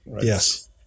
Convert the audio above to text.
Yes